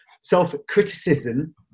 Self-criticism